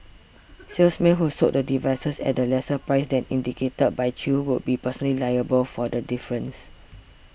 salesmen who sold the devices at a lesser price than indicated by Chew would be personally liable for the difference